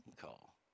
call